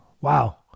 Wow